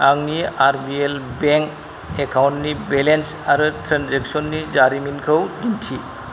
आंनि RBL bank एकाउन्टनि balance आरो ट्रेनजेक्सननि जारिमिनखौ दिन्थि